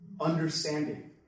Understanding